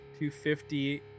250